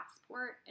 passport